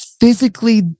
physically